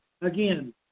Again